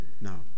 now